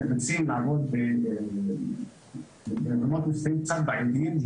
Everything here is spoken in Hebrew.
נאלצים לעבוד בתנאים קצת בעייתיים.